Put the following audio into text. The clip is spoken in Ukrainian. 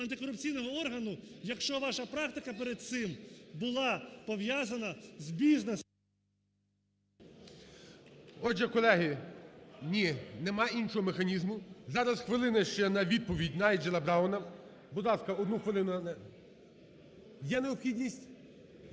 антикорупційного органу, якщо ваша практика перед цим була пов'язана з бізнес… ГОЛОВУЮЧИЙ. Отже, колеги… (Шум у залі) Ні, нема іншого механізму. Зараз хвилина ще на відповідь Найджела Брауна. Будь ласка, одну хвилину. Є необхідність?